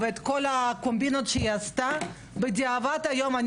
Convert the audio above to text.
את התופעה כשהיא קטנה ומרתיעים את העבריינים,